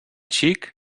xic